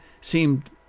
seemed